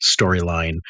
storyline